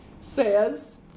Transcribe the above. says